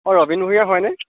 অঁ ৰবীন ভূঞা হয় নে